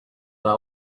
that